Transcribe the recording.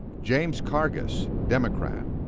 james cargas, democrat.